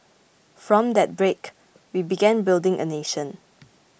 from that break we began building a nation